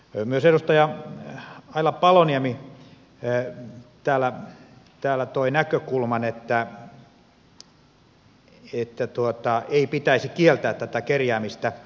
myös edustaja aila paloniemi täällä toi esille sen näkökulman että ei pitäisi kieltää tätä kerjäämistä